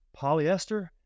polyester